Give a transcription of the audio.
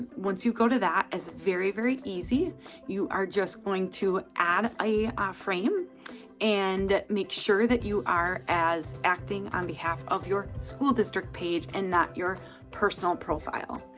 once you go to that, it's very, very easy you are just going to add a frame and make sure that you are as acting on behalf of your school district page and not your personal profile.